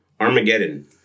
Armageddon